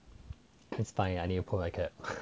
its fine I need to pull my CAP